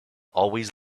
always